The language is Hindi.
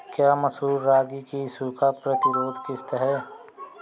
क्या मसूर रागी की सूखा प्रतिरोध किश्त है?